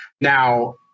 Now